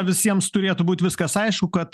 visiems turėtų būt viskas aišku kad